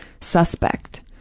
suspect